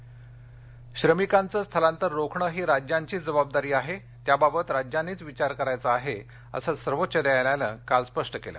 मजर सर्वोच्च न्यायालय श्रमिकांचे स्थलातर रोखणे ही राज्यांचीच जबाबदारी आहे त्याबाबत राज्यांनीच विचार करायचा आहे असं सर्वोच्च न्यायालयानं काल स्पष्ट केलं